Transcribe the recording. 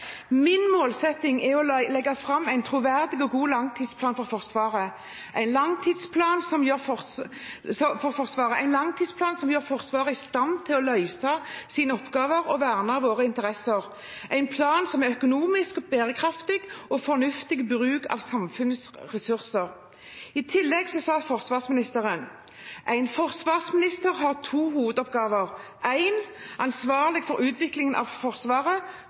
målsetting er å legge fram en troverdig og god langtidsplan for Forsvaret. En langtidsplan som gjør Forsvaret i stand til å løse sine oppgaver og verne om våre interesser. En plan som er økonomisk bærekraftig, og som gir fornuftig bruk av samfunnets ressurser.» I tillegg sa forsvarsministeren: «En forsvarsminister har to hovedoppgaver.» 1: være «ansvarlig for utviklingen av» Forsvaret